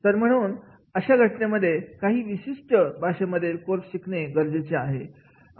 तर म्हणून अशा घटनांमध्ये काही विशिष्ट भाषेतील कोर्स शिकणे गरजेचे आहे